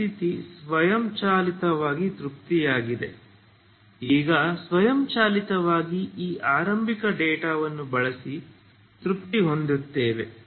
ಗಡಿ ಸ್ಥಿತಿ ಸ್ವಯಂಚಾಲಿತವಾಗಿ ತೃಪ್ತಿಯಾಗಿದೆ ಈಗ ಸ್ವಯಂಚಾಲಿತವಾಗಿ ಈ ಆರಂಭಿಕ ಡೇಟಾವನ್ನು ಬಳಸಿ ತೃಪ್ತಿ ಹೊಂದಿದ್ದೇವೆ